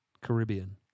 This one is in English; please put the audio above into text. Caribbean